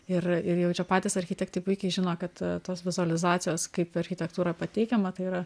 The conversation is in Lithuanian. ir ir jau čia patys architektai puikiai žino kad tos vizualizacijos kaip architektūra pateikiama tai yra